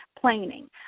planning